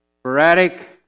sporadic